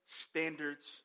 standards